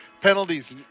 penalties